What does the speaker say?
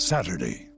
Saturday